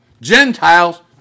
Gentiles